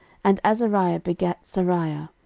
and azariah begat seraiah,